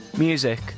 Music